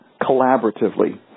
collaboratively